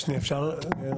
שנייה, אפשר רק?